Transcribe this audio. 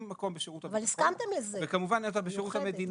מקום בשירות הביטחון וכמובן אין אותה בשירות המדינה.